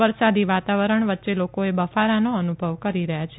વરસાદી વાતાવરણ વચ્ચે લોકોએ બફારાનો અનુભવ કરી રહ્યા છે